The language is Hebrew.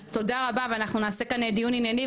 אז תודה רבה ואנחנו נעשה כאן דיון ענייני,